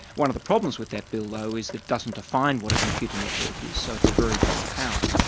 one of the problems with that bill though is it doesn't define what a computer network is, so it's a very broad power.